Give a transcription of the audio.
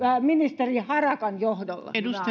ministeri harakan johdolla